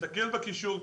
תסתכלו בקישור,